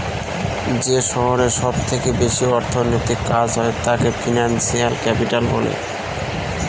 যে শহরে সব থেকে বেশি অর্থনৈতিক কাজ হয় তাকে ফিনান্সিয়াল ক্যাপিটাল বলে